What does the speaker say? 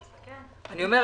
אני אומר,